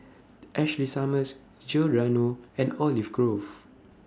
Ashley Summers Giordano and Olive Grove